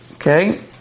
Okay